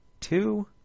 two